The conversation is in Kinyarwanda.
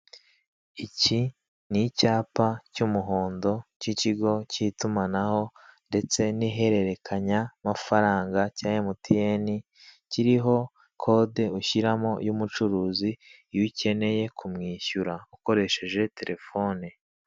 Iki ni icyapa cy'umuhondo k'ikigo k'itimanaho ndetse nihererekanya mafaranga cya emutiyeni kiriho kode ushyiramo y'umucuruzi iyo ukeneye kumwishyura ukoresheje telefone.